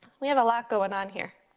we have a lot going on here.